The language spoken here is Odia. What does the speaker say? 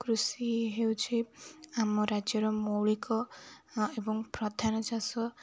କୃଷି ହେଉଛି ଆମ ରାଜ୍ୟର ମୌଳିକ ଏବଂ ପ୍ରଧାନ ଚାଷ